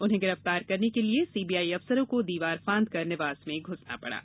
उन्हें गिरफ्तार करने के लिए सीबीआई अफसरों को दीवार फांदकर निवास में घुसना पड़ा